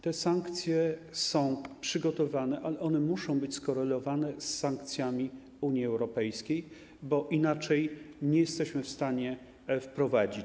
Te sankcje są przygotowane, ale one muszą być skorelowane z sankcjami Unii Europejskiej, bo inaczej nie jesteśmy w stanie ich wprowadzić.